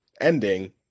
ending